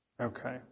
Okay